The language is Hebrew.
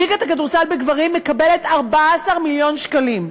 ליגת הכדורסל בגברים מקבלת 14 מיליון שקלים.